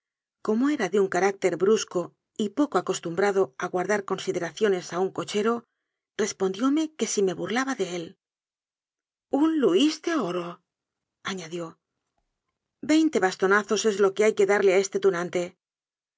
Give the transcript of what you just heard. como era de un carácter brusco y poco acostumbrado a guar dar consideraciones a un cochero respondióme que si me burlaba de él un luis de oro añadió veinte bastonazos es lo eme hay que darle a este tunante